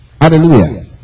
Hallelujah